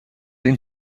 این